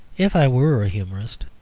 if i were a humourist,